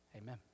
amen